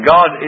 God